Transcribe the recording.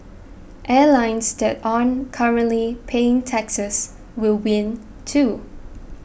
airlines that aren't currently paying taxes will win too